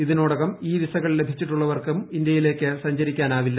ഇതിനോടകം ഇ വിസകൾ ലഭിച്ചിട്ടുള്ളവർക്കും ഇന്ത്യയിലേയ്ക്ക് സഞ്ചരി ക്കാനാവില്ല